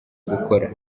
gukora